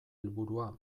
helburua